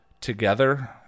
together